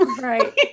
right